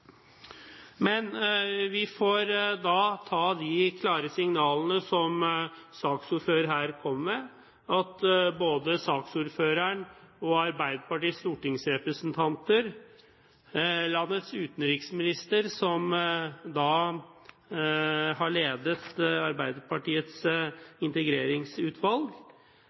Men vi får ta de klare signalene som saksordføreren her kom med, om at både saksordføreren og Arbeiderpartiets stortingsrepresentanter, landets utenriksminister, som har ledet Arbeiderpartiets integreringsutvalg,